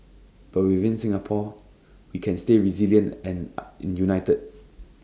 but within Singapore we can stay resilient and united